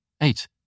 Eight